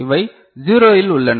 இவை 0 இல் உள்ளன